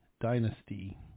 Dynasty